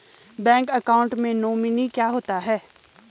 Bank account में nominee क्या होता है?